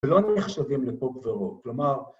ולא נחשבים לפה גבירות, כלומר...